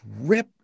rip